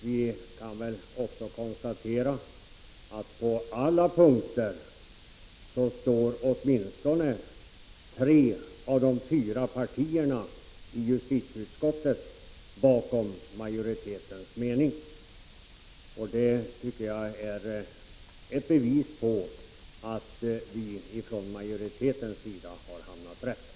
Jag kan också konstatera att på alla punkter står åtminstone tre av de fyra partierna i justitieutskottet bakom majoritetens mening. Det tycker jag är ett bevis på att vi i majoriteten har handlat rätt.